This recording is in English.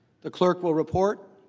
the clerk will report.